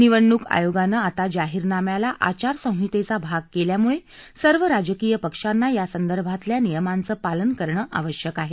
निवडणूक आयोगानं आता जाहीरनाम्याला आचारसंहितेचा भाग केल्यामुळे सर्व राजकीय पक्षांना यासंदर्भातल्या नियमांचं पालन करणं आवश्यक आहे